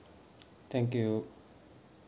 thank you